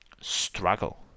struggle